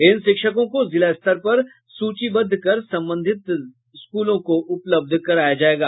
इन शिक्षकों को जिला स्तर पर सूचीबद्ध कर संबंधित स्कूलों को उपलब्ध कराया जायेगा